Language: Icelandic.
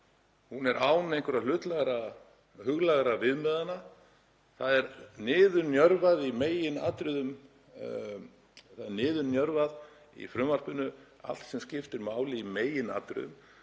Hún er án einhverra huglægra viðmiða. Það er niðurnjörvað í frumvarpinu allt sem skiptir máli í meginatriðum,